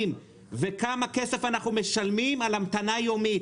וכמה כסף אנחנו משלמים על המתנה יומית.